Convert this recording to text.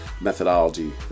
methodology